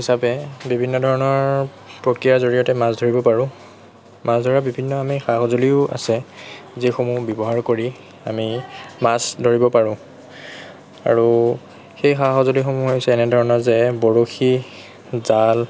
হিচাপে বিভিন্ন ধৰণৰ প্ৰক্ৰিয়াৰ জৰিয়তে মাছ ধৰিব পাৰোঁ মাছ ধৰাৰ বিভিন্ন আমি সা সঁজুলিও আছে যিসমূহ ব্যৱহাৰ কৰি আমি মাছ ধৰিব পাৰোঁ আৰু সেই সা সঁজুলিসমূহ হৈছে এনেধৰণৰ যে বৰশী জাল